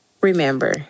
Remember